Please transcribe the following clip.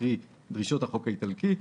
קרי: דרישות החוק האיטלקי,